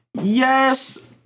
Yes